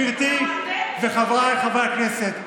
גברתי וחבריי חברי הכנסת,